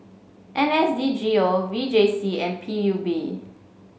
N S D G O V J C and P U B